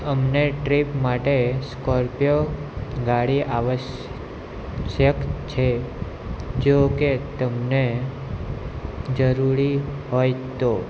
અમને ટ્રીપ માટે સ્કોર્પિયો ગાડી આવશ્યક છે જો કે તમને જરૂરી હોય તો